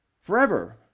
Forever